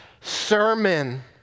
sermon